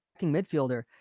midfielder